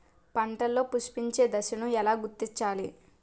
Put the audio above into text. పంటలలో పుష్పించే దశను ఎలా గుర్తించాలి?